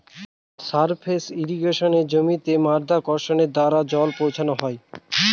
surface ইর্রিগেশনে জমিতে মাধ্যাকর্ষণের দ্বারা জল পৌঁছানো হয়